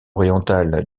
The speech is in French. oriental